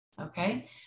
Okay